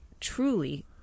truly